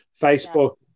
Facebook